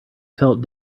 felt